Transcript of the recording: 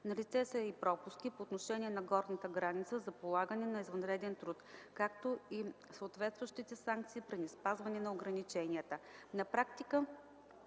Налице са и пропуски по отношение на горната граница за полагането на извънреден труд, както и съответстващите санкции при неспазване на ограниченията.